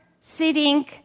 sitting